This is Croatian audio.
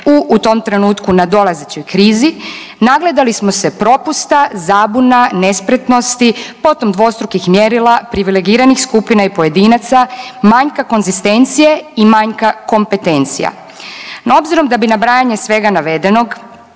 u tom trenutku nadolazećoj krizi nagledali smo se propusta, zabuna, nespretnosti, potom dvostrukih mjerila, privilegiranih skupina i pojedinaca, manjka konzistencije i manjka kompetencija. No, obzirom da bi nabrajanje svega navedenog